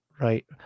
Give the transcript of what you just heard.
right